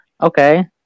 Okay